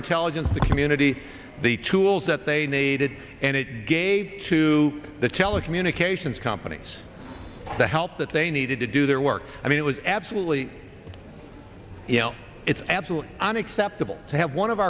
intelligence community the tools that they needed and it gave to the telecommunications companies the help that they needed to do their work i mean it was absolutely you know it's absolutely unacceptable to have one of